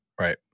Right